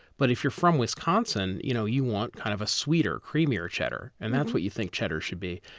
but if you're from wisconsin, you know you want kind of a sweeter, creamier cheddar. and that's what you think cheddar should be.